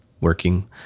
working